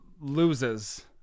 loses